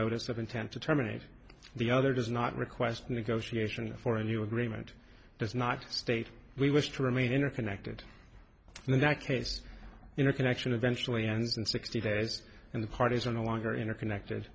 notice of intent to terminate the other does not request negotiation for a new agreement does not state we wish to remain interconnected in that case in a connection eventually ends in sixty days and the parties are no longer interconnected